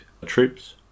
troops